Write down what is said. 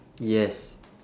yes